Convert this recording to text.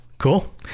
cool